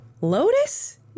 Lotus